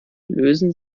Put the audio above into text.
lösen